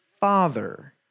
Father